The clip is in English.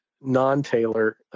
non-Taylor